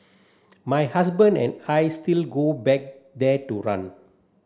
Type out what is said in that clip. my husband and I still go back there to run